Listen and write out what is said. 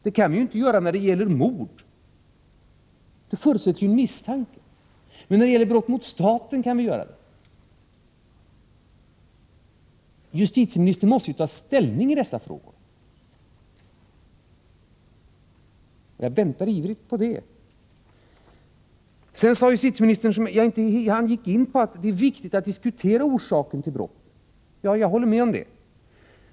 Det kan man inte göra när det gäller mord — där förutsätts det misstanke om brott. Men när det gäller brott mot staten kan man göra det. Justitieministern måste ju ta ställning i dessa frågor. Jag väntar ivrigt på ett besked. Sedan sade justitieministern att det är viktigt att diskutera orsaken till brott. Jag håller med om det.